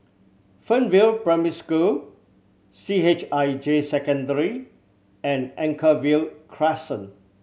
Fernvale Primary School C H I J Secondary and Anchorvale Crescent